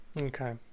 Okay